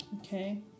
Okay